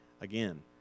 Again